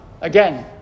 Again